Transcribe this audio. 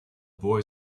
boy